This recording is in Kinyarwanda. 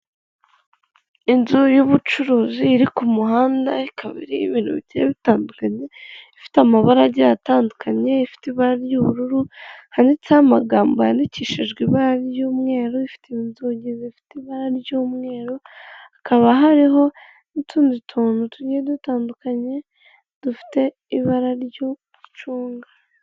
Urupapuro rufite ibara ry'umweru ruho ibintu bigiye bitandukanye ririho inkweto zifite ibara ry'igitaka ndetse n'ivu hamwe n'umukara hariho akamashini gafite ibara ry'umweru ndetse kandi amagambo yandikishijwe ibara ry'umutuku, umukobwa wambaye mu mupira k'umweru.